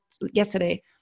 yesterday